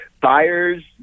buyers